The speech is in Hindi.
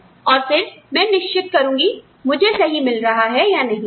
और फिर मैं निश्चित करूंगी कि मुझे सही मिल रहा है या नहीं